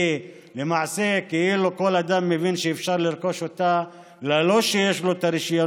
כשלמעשה כל אדם מבין שאפשר לרכוש אותה ללא רישיונות